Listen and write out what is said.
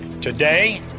Today